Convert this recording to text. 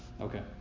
Okay